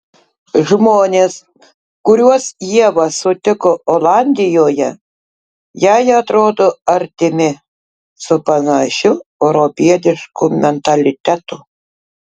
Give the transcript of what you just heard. žmonės kuriuos ieva sutiko olandijoje jai atrodo artimi su panašiu europietišku mentalitetu